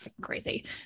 Crazy